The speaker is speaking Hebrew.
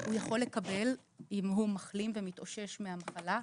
הוא יכול לקבל אם הוא מחלים ומתאושש מהמחלה.